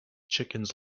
chickens